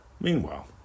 Meanwhile